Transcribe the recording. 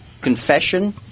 confession